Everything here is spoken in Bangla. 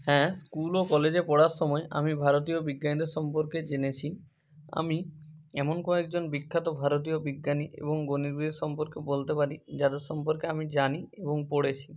হ্যাঁ স্কুল ও কলেজে পড়ার সময় আমি ভারতীয় বিজ্ঞানীদের সম্পর্কে জেনেছি আমি এমন কয়েকজন বিখ্যাত ভারতীয় বিজ্ঞানী এবং গণিতবিদের সম্পর্কে বলতে পারি যাদের সম্পর্কে আমি জানি এবং পড়েছি